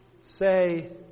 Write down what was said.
say